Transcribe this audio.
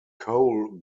coal